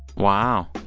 wow.